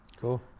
cool